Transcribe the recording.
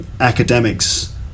academics